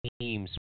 teams